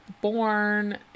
born